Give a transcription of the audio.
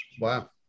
Wow